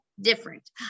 different